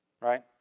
Right